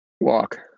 Walk